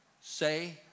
say